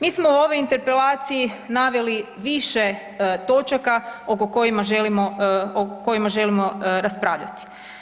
Mi smo u ovoj interpelaciji naveli više točaka o kojima želimo raspravljati.